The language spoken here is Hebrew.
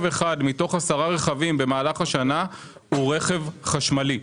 אחד מתוך עשרה רכבים במהלך השנה הוא רכב חשמלי.